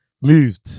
moved